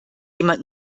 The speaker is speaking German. jemand